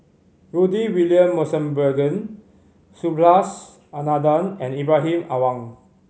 Rudy William Mosbergen Subhas Anandan and Ibrahim Awang